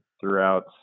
throughout